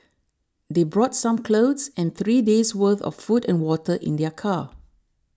they brought some clothes and three days worth of food and water in their car